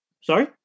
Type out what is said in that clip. Sorry